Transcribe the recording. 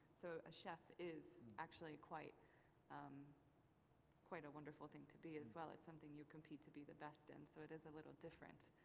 so a chef is actually quite um quite a wonderful thing to be as well, it's something you compete to be the best in, so it is a little different.